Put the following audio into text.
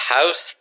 House